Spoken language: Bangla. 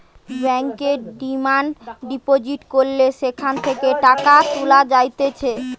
ব্যাংকে ডিমান্ড ডিপোজিট করলে সেখান থেকে টাকা তুলা যাইতেছে